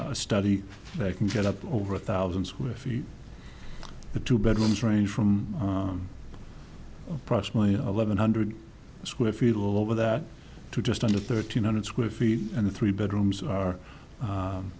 a study they can get up over a thousand square feet the two bedrooms range from approximately eleven hundred square feet all over that to just under thirteen hundred square feet and the three bedrooms are